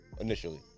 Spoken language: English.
initially